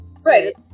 right